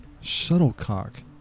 Shuttlecock